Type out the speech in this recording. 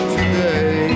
today